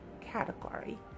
category